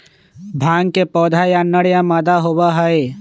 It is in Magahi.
भांग के पौधा या नर या मादा होबा हई